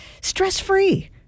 stress-free